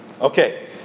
Okay